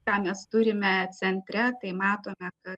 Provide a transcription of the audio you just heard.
ką mes turime centre tai matome kad